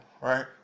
right